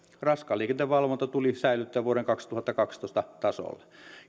raskaan liikenteen valvonta tulisi säilyttää vuoden kaksituhattakaksitoista tasolla